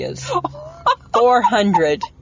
400